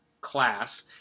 class